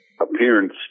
appearance